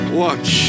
watch